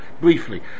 briefly